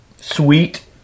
sweet